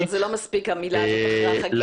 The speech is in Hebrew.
לא, זה לא מספיק המילה הזאת, אחרי החגים.